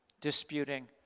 disputing